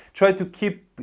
try to keep,